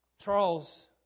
charles